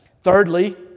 Thirdly